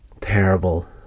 terrible